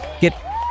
get